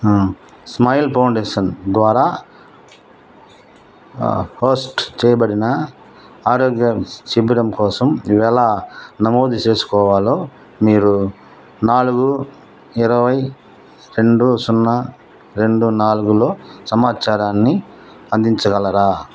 smile foundation ద్వారా host చెయ్యబడిన ఆరోగ్య శిబిరం కోసం ఎలా నమోదు చేసుకోవాలో మీరు నాలుగు ఇరవై రెండు సున్నా రెండు నాలుగులో సమాచారాన్ని అందించగలరా